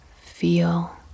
feel